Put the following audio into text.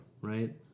Right